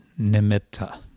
nimitta